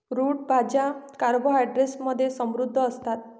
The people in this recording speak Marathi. रूट भाज्या कार्बोहायड्रेट्स मध्ये समृद्ध असतात